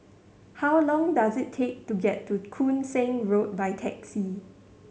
how long does it take to get to Koon Seng Road by taxi